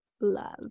Love